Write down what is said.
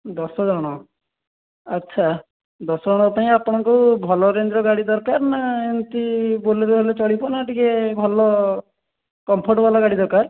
ଦଶ ଜଣ ଆଚ୍ଛା ଦଶ ଜଣଙ୍କ ପାଇଁ ଆପଣଙ୍କୁ ଭଲ ରେଞ୍ଜ୍ରେ ଗାଡ଼ି ଦରକାର ନା ଏମିତି ବଲେରୋ ହେଲେ ଚଳିବ ନା ଟିକେ ଭଲ କମ୍ଫର୍ଟ୍ ବାଲା ଗାଡ଼ି ଦରକାର